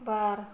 बार